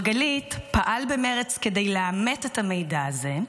מרגלית פעל במרץ כדי לאמת את המידע הזה,